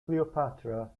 cleopatra